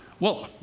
well,